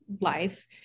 life